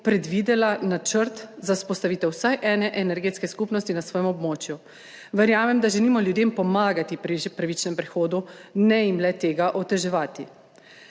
predvidela načrta za vzpostavitev vsaj ene energetske skupnosti na svojem območju. Verjamem, da želimo ljudem pomagati pri pravičnem prehodu, ne jim le-tega oteževati.